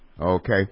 okay